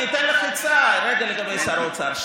אני אתן לך עצה לגבי שר האוצר,